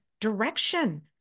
direction